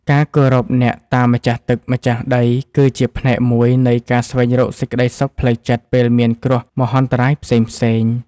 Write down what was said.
ការគោរពអ្នកតាម្ចាស់ទឹកម្ចាស់ដីគឺជាផ្នែកមួយនៃការស្វែងរកសេចក្តីសុខផ្លូវចិត្តពេលមានគ្រោះមហន្តរាយផ្សេងៗ។